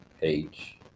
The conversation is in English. Page